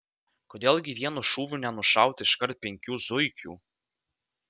kodėl gi vienu šūviu nenušauti iškart penkių zuikių